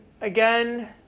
again